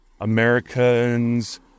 Americans